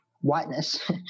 whiteness